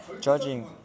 judging